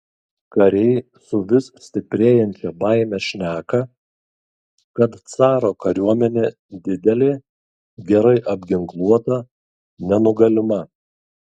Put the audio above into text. kariai su vis stiprėjančia baime šneka kad caro kariuomenė didelė gerai apginkluota nenugalima